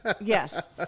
Yes